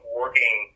working